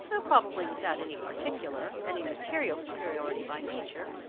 though probably without any particular, any material superiority by nature,